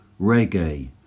Reggae